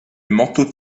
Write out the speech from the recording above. manteau